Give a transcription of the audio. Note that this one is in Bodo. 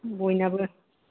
बयनाबो